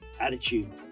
attitude